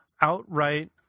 outright